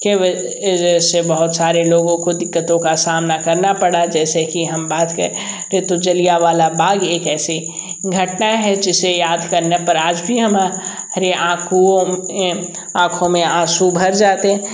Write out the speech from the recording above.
के वजह से बहुत सारे लोगों को दिक्कतों का सामना करना पड़ा जैसे कि हम बात क रे तो जलियाँवाला बाग़ एक ऐसी घटना है जिसे याद करने पर आज भी हमा री आँखों में आँखों में आँसू भर जाते